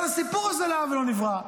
כל הסיפור הזה לא היה ולא נברא,